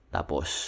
Tapos